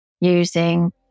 using